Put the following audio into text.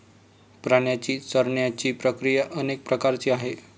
प्राण्यांची चरण्याची प्रक्रिया अनेक प्रकारची आहे